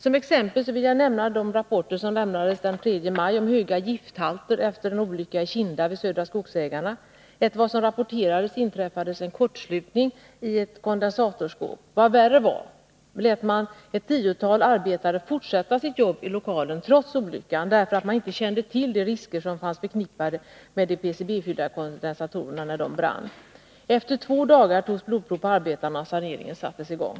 Som exempel vill jag nämna de rapporter som lämnades den 3 maj om höga gifthalter efter en olycka i Kinda vid Södra Skogsägarna. Enligt vad som rapporterades inträffade en kortslutning i ett kondensatorskåp. Vad värre var: man lät ett tiotal arbetare fortsätta sitt jobb i lokalen trots olyckan, eftersom man inte kände till de risker som var förknippade med att de PCB-fyllda kondensatorerna brann. Efter två dagar togs blodprov på arbetarna, och saneringen sattes i gång.